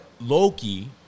Loki